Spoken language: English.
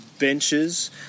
benches